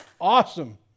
awesome